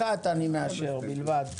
אחת אני מאשר, בלבד.